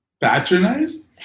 Patronized